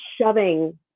shoving